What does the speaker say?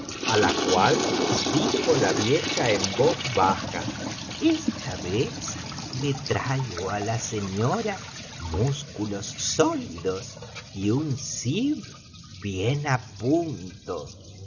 á la cual dijo la vieja en voz baja esta vez le traigo á la señora músculos sólidos y un zib bien á punto